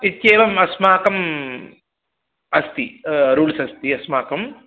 इत्येवम् अस्माकं अस्ति रुल्स् अस्ति अस्माकम्